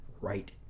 right